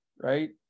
right